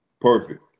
perfect